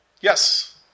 Yes